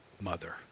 mother